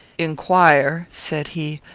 inquire, said he,